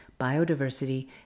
biodiversity